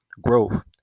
growth